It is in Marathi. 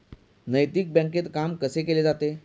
नैतिक बँकेत काम कसे केले जाते?